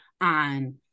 on